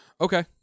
Okay